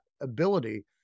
ability